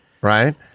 Right